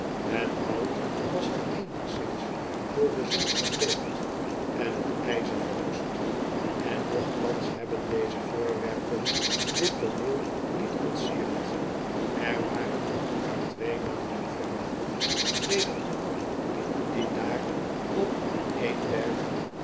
het hout was al eenigszins door de zon verbleekt en t ijzer verroest en nochtans hebben deze voorwerpen dit toonel niet ontsierd er waren maar twee maanden verloopen sedert een man die daar op een der